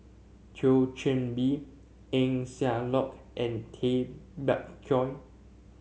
Thio Chan Bee Eng Siak Loy and Tay Bak Koi